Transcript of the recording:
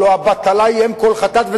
הלוא הבטלה היא אם כל חטאת,